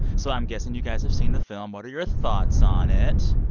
so i'm guessing you guys have seen the film. what are your thoughts on it?